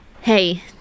Hey